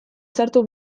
sartu